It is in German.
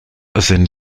sind